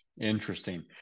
Interesting